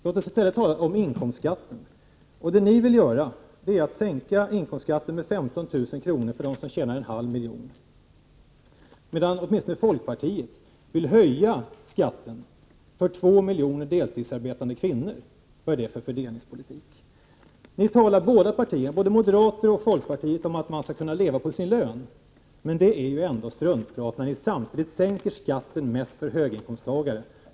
Låt oss i stället tala om inkomstskatten. Kjell Johansson och Bo Lundgren vill sänka inkomstskatten med 15 000 kr. för dem som tjänar en halv miljon kronor. Folkpartiet vill höja skatten för två miljoner deltidsarbetande kvinnor. Vad är det för fördelningspolitik? Både moderaterna och folkpartiet talar om att man skall kunna leva på sin lön. Men det är ju ändå struntprat när partierna samtidigt vill sänka skatten för höginkomsttagarna.